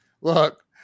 look